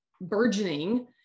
burgeoning